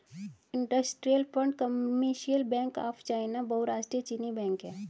industrial and commercial bank of China बहुराष्ट्रीय चीनी bank है